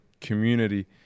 community